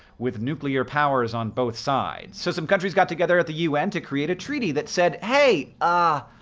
with nuclear powers on both sides. so some countries got together at the un to create a treaty that said hey. ah